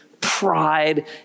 pride